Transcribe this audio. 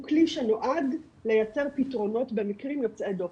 כלי שנועד לייצר פתרונות במקרים יוצאי דופן,